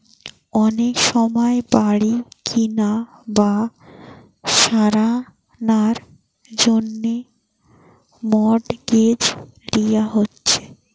অনেক সময় বাড়ি কিনা বা সারানার জন্যে মর্টগেজ লিয়া হচ্ছে